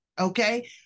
Okay